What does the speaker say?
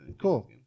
Cool